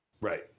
Right